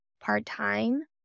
part-time